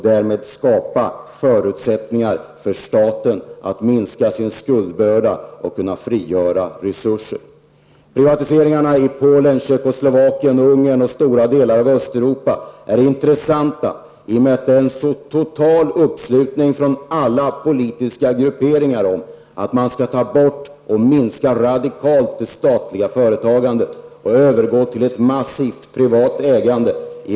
Därmed skapas förutsättningar för staten att frigöra resurser och minska sin skuldbörda. Ungern och andra delar av Östeuropa är intressanta, därför att det är en så total uppslutning från alla politiska grupperingar bakom uppfattningen att man skall radikalt minska det statliga företagandet och övergå till ett massivt privat ägande.